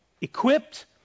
equipped